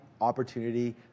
opportunity